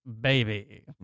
baby